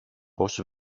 πώς